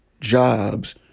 jobs